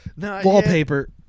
wallpaper